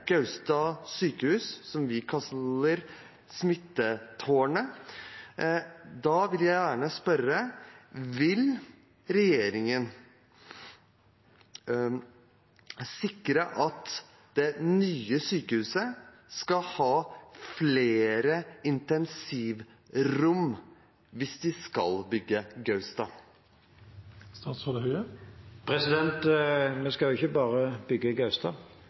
Gaustad sykehus, som vi kaller «smittetårnet», vil jeg gjerne spørre: Vil regjeringen sikre at det nye sykehuset skal ha flere intensivrom, hvis de skal bygge Gaustad? Vi skal jo ikke bare bygge Gaustad.